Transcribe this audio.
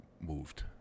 moved